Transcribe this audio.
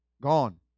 gone